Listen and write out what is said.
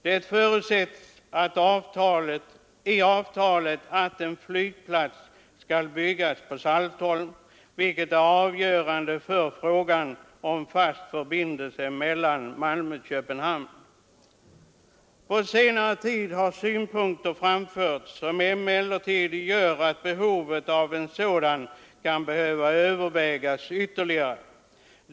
Det förutsätts i avtalet att en flygplats skall byggas på Saltholm, vilket är avgörande för frågan om fast förbindelse mellan Malmö och Köpenhamn. På senare tid har emellertid synpunkter framförts som gör att behovet av en sådan flygplats kan behöva övervägas ytterligare.